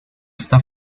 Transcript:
está